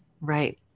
Right